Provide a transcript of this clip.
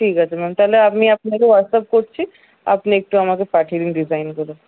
ঠিক আছে ম্যাম তাহলে আমি আপনাকে হোয়াটসঅ্যাপ করছি আপনি একটু আমাকে পাঠিয়ে দিন ডিজাইনগুলো